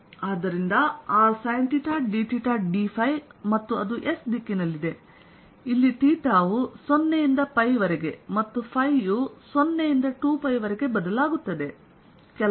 ಆದ್ದರಿಂದ r sinθ dθ dϕಮತ್ತು ಅದು S ದಿಕ್ಕಿನಲ್ಲಿದೆ ಇಲ್ಲಿ ವು 0 ರಿಂದ π ವರೆಗೆ ಮತ್ತು ಯು 0 ರಿಂದ 2π ವರೆಗೆ ಬದಲಾಗುತ್ತದೆ